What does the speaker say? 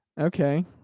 Okay